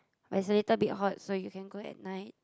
but Seletar a bit hot so you can go at night